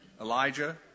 Elijah